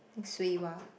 Tsui-Wah